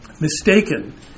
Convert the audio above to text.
mistaken